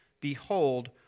behold